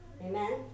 Amen